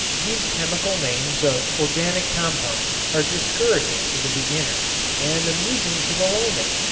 these chemical names of organic compounds are discouraging to the beginner and amusing to the layman,